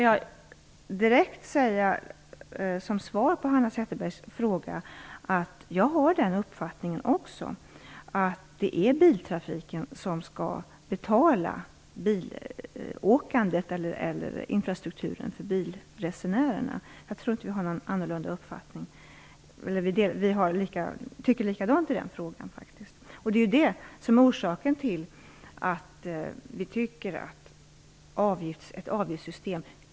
Jag skall som svar på Hanna Zetterbergs fråga säga att jag också har uppfattningen att det är biltrafiken som skall betala infrastrukturen för bilresenärerna. Vi tycker likadant i den frågan. Det är det som är orsaken till att vi anser att det skall vara ett avgiftssystem.